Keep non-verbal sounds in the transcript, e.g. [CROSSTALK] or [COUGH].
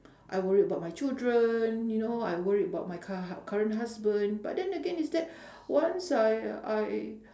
I worried about my children you know I worried about my cur~ current husband but then again is that [BREATH] once I I